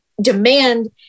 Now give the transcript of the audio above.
demand